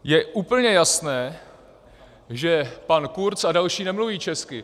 Je úplně jasné, že pan Kurz a další nemluví česky.